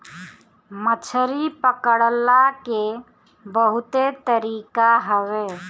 मछरी पकड़ला के बहुते तरीका हवे